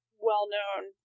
well-known